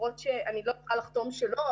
למרות שאני לא יכולה לחתום שלא,